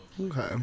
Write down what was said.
Okay